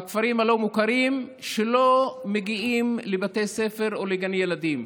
בכפרים הלא-מוכרים שלא מגיעים לבתי ספר או לגן ילדים,